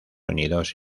unidos